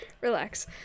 Relax